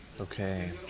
okay